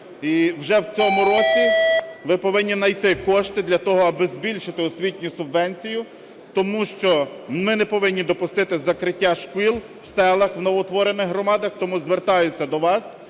І вже в цьому році ви повинні знайти кошти для того, аби збільшити освітню субвенцію, тому що ми не повинні допустити закриття шкіл в селах у новоутворених громадах. Тому звертаюся до вас